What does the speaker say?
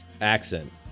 accent